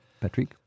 Patrick